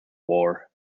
war